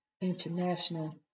International